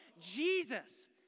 Jesus